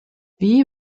wie